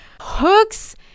Hooks